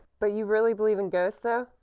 but you really believe in ghosts, though?